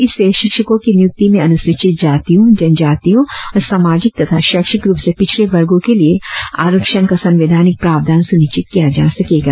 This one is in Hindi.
इससे शिक्षको की नियुक्ति में अनुसूचित जातियों जनजातियों और सामाजिक तथा शैक्षिक रुप से पिछड़े वर्गों के लिए आरक्षण का संवैधानिक प्रावधान सुनिश्चित किया जा सकेगा